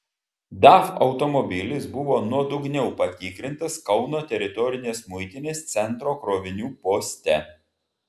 daf automobilis buvo nuodugniau patikrintas kauno teritorinės muitinės centro krovinių poste